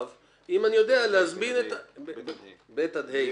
אין לי בעיה להוריד את כל (ב) עד (ה),